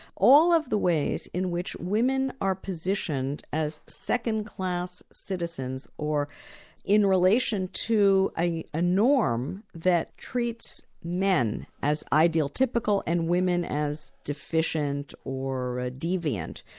all of the ways in which women are positioned as second-class citizens, or in relation to a ah norm that treats men as ideal typical and women as deficient or deviant.